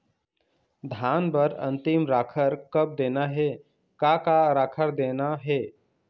धान बर अन्तिम राखर कब देना हे, का का राखर देना हे?